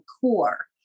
core